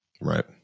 Right